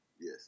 Yes